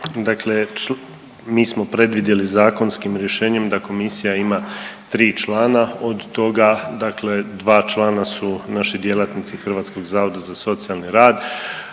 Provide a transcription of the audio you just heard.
Dakle, mi smo predvidjeli zakonskim rješenjem da komisija ima 3 člana od toga dakle 2 člana su naši djelatnici Hrvatskog zavoda za socijalni rad